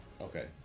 Okay